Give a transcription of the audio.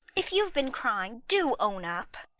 if you've been crying do own up.